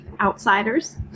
Outsiders